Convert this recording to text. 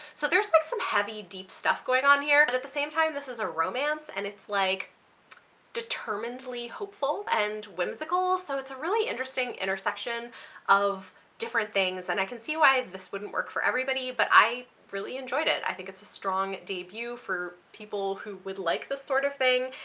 so there's like some heavy, deep stuff going on here, but at the same time this is a romance. and it's like determinedly hopeful and whimsical, so it's a really interesting intersection of different things, and i can see why this wouldn't work for everybody but i really enjoyed it. i think it's a strong debut for people who would like this sort of thing,